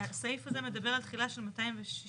הסעיף הזה מדבר על תחילה של 266ג3,